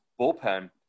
bullpen